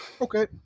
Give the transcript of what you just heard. Okay